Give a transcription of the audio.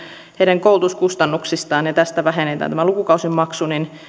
heidän koulutuskustannuksis taan ja tästä vähennetään tämä lukukausimaksu niin